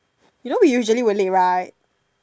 you know we usually will late right